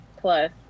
plus